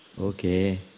Okay